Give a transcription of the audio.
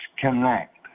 connect